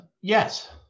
Yes